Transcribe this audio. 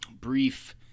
brief